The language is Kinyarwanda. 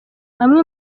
amwe